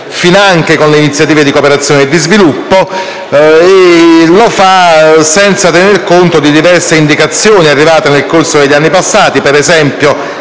finanche alle iniziative di cooperazione allo sviluppo, senza tener conto di diverse indicazioni arrivate nel corso degli anni passati. Mi